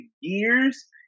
years